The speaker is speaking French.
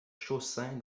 chaussin